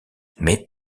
mais